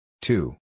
Two